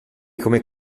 come